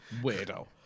Weirdo